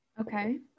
Okay